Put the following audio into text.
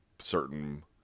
certain